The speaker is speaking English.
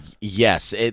yes